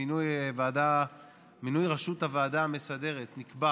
המינוי לראשות הוועדה המסדרת נקבע